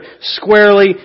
squarely